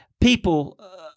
people